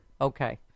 Okay